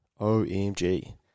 OMG